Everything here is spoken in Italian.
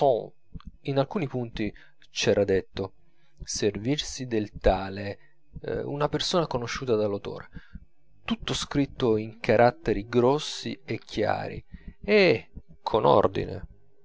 in alcuni punti c'era detto servirsi del tale una persona conosciuta dall'autore tutto scritto in caratteri grossi e chiari e con ordine